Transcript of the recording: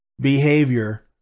behavior